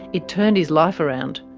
it turned his life around.